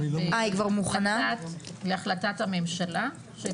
להחלטת הממשלה.